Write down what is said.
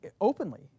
openly